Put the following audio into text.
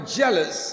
jealous